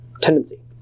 tendency